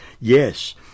yes